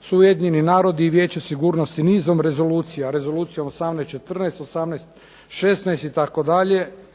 su Ujedinjeni narodi i Vijeće sigurnosti nizom rezolucija, Rezolucijom 18/14, 18/16 itd.